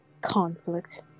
conflict